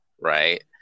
right